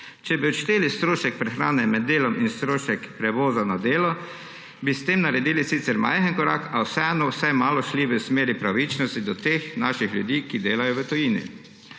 Če bi odšteli strošek prehrane med delom in strošek prevoza na delo, bi s tem naredili sicer majhen korak, a vseeno vsaj malo šli v smeri pravičnosti do teh naših ljudi, ki delajo v tujini.